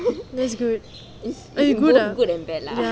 that's good good ah